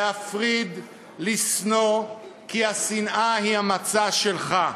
להפריד, לשנוא, כי השנאה היא המצע שלך.